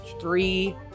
three